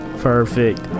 Perfect